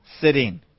sitting